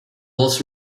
was